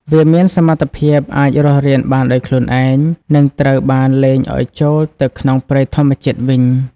វាមានសមត្ថភាពអាចរស់រានបានដោយខ្លួនឯង និងត្រូវបានលែងឱ្យចូលទៅក្នុងព្រៃធម្មជាតិវិញ។